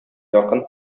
якын